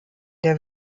der